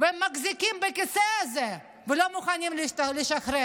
והם מחזיקים בכיסא הזה, ולא מוכנים לשחרר.